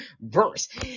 verse